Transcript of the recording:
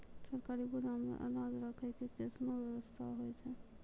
सरकारी गोदाम मे अनाज राखै के कैसनौ वयवस्था होय छै?